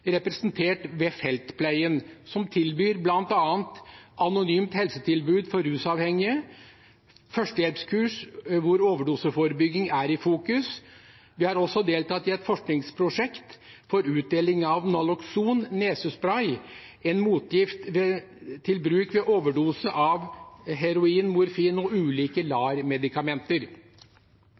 representert ved feltpleien, som bl.a. har et anonymt helsetilbud for rusavhengige og tilbyr førstehjelpskurs hvor overdoseforebygging er i fokus. Vi har også deltatt i et forskningsprosjekt for utdeling av Naloxon nesespray, en motgift til bruk ved overdose av heroin, morfin og ulike